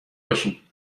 باشین